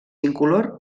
incolor